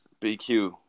BQ